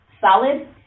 solid